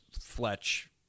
fletch